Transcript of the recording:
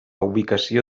ubicació